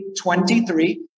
23